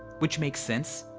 which makes sense.